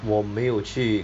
我没有去